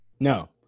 no